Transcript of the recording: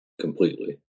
completely